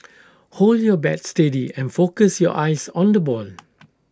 hold your bat steady and focus your eyes on the ball